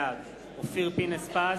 בעד אופיר פינס-פז,